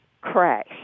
crash